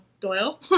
Doyle